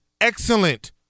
Excellent